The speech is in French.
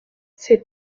ses